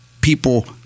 people